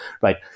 right